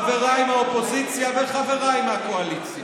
חבריי מהאופוזיציה וחבריי מהקואליציה,